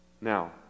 Now